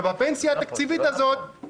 זה לא נכון.